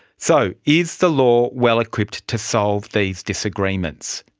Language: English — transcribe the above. so is the law well equipped to solve these disagreements?